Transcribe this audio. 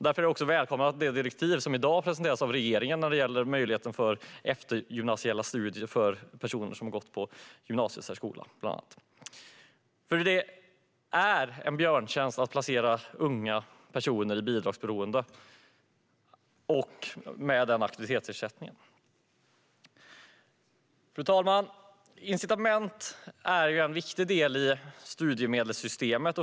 Därför är det välkommet med det direktiv som i dag presenteras av regeringen när det gäller möjligheten till eftergymnasiala studier för personer som har gått på gymnasiesärskola, bland annat. Det är en björntjänst att placera unga personer i bidragsberoende och med aktivitetsersättning. Fru talman! Incitament är en viktig del i studiemedelssystemet.